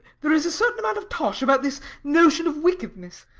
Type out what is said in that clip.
there is a certain amount of tosh about this notion of wickedness.